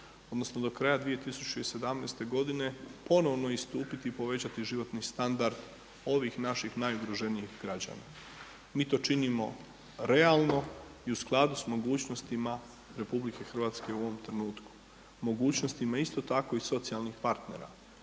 odnosno do kraja 2017. godine ponovno istupiti i povećati životni standard ovih naših najugroženijih građana. Mi to činimo realno i u skladu s mogućnostima RH u ovom trenutku. Mogućnostima isto tako i socijalnih partnera,